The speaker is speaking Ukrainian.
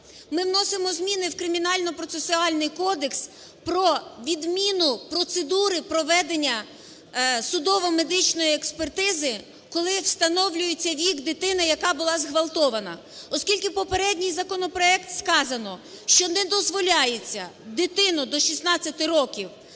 Ми вносимо зміни в Кримінально-процесуальний кодекс про відміну процедури проведення судово-медичної експертизи, коли встановлюється вік дитини, яка була зґвалтована. Оскільки попередній законопроект… сказано, що не дозволяється дитину до 16 років